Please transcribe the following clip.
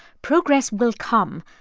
progress will come,